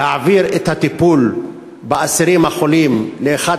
להעביר את הטיפול באסירים החולים לאחד